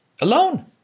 alone